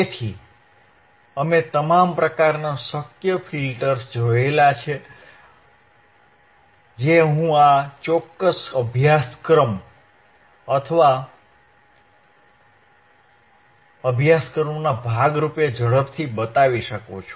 તેથી અમે તમામ પ્રકારના શક્ય ફિલ્ટર્સ જોયા છે જે હું આ ચોક્કસ અભ્યાસક્રમ અથવા અભ્યાસક્રમના ભાગરૂપે ઝડપથી બતાવી શકું છું